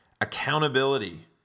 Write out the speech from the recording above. Accountability